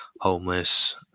homeless